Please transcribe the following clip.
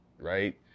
right